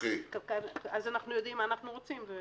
אנחנו יודעים מה אנחנו רוצים.